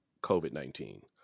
COVID-19